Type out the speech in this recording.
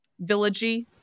villagey